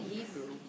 Hebrew